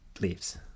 leaves